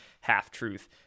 half-truth